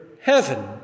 heaven